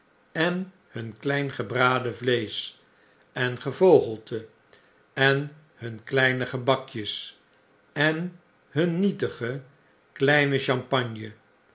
en hun klein gebraden vleesch en gevogelte en hun kleine gebakjes en hun nietige kleine champagne